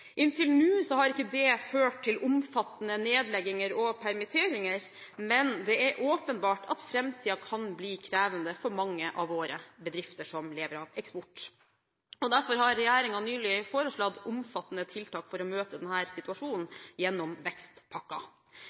Inntil nå har ikke det ført til omfattende nedlegginger og permitteringer, men det er åpenbart at framtiden kan bli krevende for mange av våre bedrifter som lever av eksport. Derfor har regjeringen nylig foreslått omfattende tiltak for å møte denne situasjonen gjennom